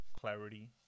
Clarity